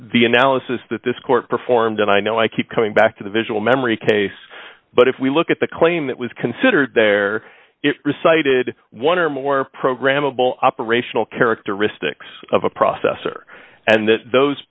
the analysis that this court performed and i know i keep coming back to the visual memory case but if we look at the claim that was considered there reciting had one or more programmable operational characteristics of a processor and th